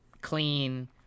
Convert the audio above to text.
clean